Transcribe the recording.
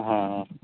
ہاں